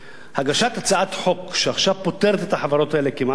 הגשת הצעת חוק שעכשיו פוטרת את החברות האלה כמעט ממס,